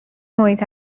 محیط